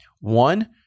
one